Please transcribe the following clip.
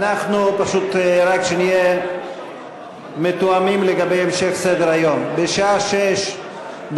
רק שנהיה מתואמים לגבי המשך סדר-היום: בשעה 18:00,